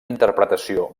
interpretació